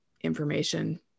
information